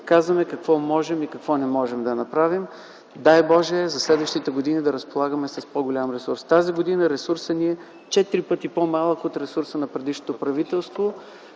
казваме какво можем и какво не можем да направим. Дай Боже, за следващите години да разполагаме с по-голям ресурс. Тази година ресурсът ни е четири пъти по-малък от ресурса на предишното правителство,